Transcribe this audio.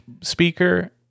speaker